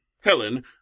Helen